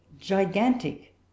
gigantic